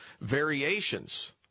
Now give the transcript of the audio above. variations